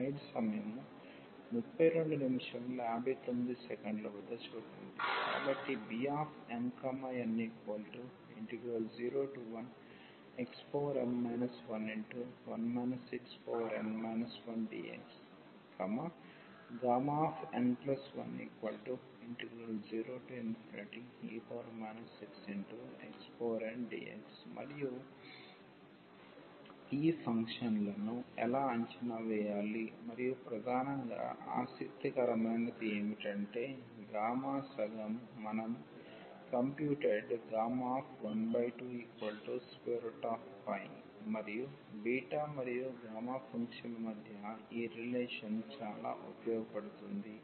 కాబట్టి Bmn01xm 11 xn 1dx n10e xxndx మరియు ఈ ఫంక్షన్లను ఎలా అంచనా వేయాలి మరియు ప్రధానంగా ఆసక్తికరమైనది ఏమిటంటే గామా సగం మనం కంప్యూటెడ్ 12 మరియు బీటా మరియు గామా ఫంక్షన్ల మధ్య ఈ రిలేషన్ చాలా ఉపయోగపడుతుంది